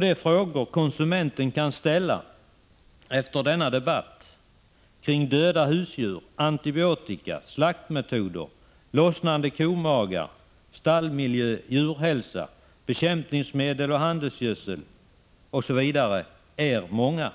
De frågor konsumenten kan ställa efter denna debatt kring döda husdjur, antibiotika, slaktmetoder, lossnande komagar, stallmiljö, djurhälsa, bekämpningsmedel, handelsgödsel osv. är många, och oron är stor.